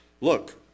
look